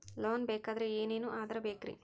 Loan ಬೇಕಾದ್ರೆ ಏನೇನು ಆಧಾರ ಬೇಕರಿ?